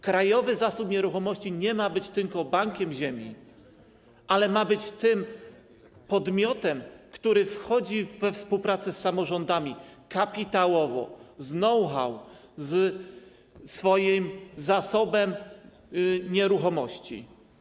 Krajowy Zasób Nieruchomości nie ma być tylko bankiem ziemi, ale ma być tym podmiotem, który wchodzi we współpracę z samorządami z kapitałem, z know-how, ze swoim zasobem nieruchomości.